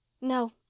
No